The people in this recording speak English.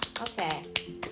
Okay